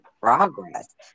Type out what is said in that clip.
progress